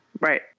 Right